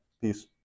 peace